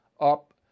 up